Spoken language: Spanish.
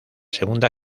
segunda